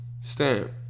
Stamp